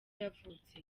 yavutse